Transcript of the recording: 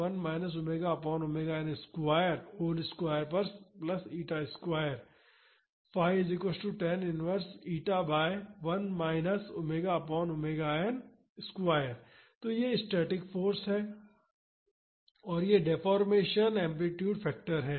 x x0 𝜙 तो यह static force है और यह डेफोर्मेशन एम्पलीटूड फैक्टर है